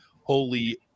holy